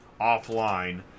offline